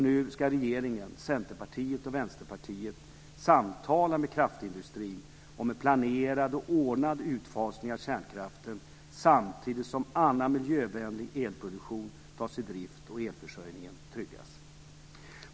Nu ska regeringen, Centerpartiet och Vänsterpartiet samtala med kraftindustrin om en planerad och ordnad utfasning av kärnkraften samtidigt som annan miljövänlig elproduktion tas i drift och elförsörjningen tryggas.